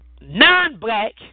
non-black